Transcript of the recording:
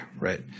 right